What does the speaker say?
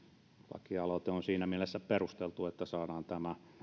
lakialoite on siinä mielessä perusteltu että saadaan tämä